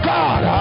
God